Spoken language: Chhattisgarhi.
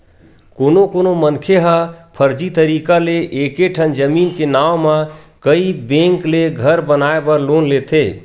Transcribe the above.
कोनो कोनो मनखे ह फरजी तरीका ले एके ठन जमीन के नांव म कइ बेंक ले घर बनाए बर लोन लेथे